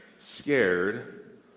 scared